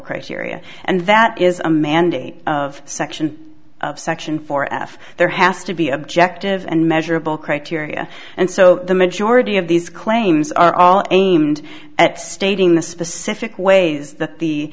criteria and that is a mandate of section section for f there has to be objective and measurable criteria and so the majority of these claims are all aimed at stating the specific ways that the